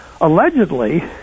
allegedly